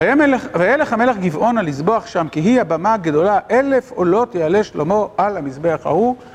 וילך המלך גבעונה לזבוח שם, כי היא הבמה הגדולה, אלף עולות יעלה שלמה על המזבח ההוא